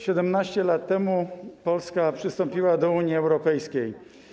17 lat temu Polska przystąpiła do Unii Europejskiej.